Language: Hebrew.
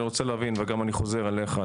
אני רוצה להבין וגם אני חוזר אליך,